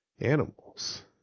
animals